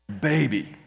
baby